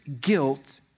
guilt